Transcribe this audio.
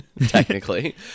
technically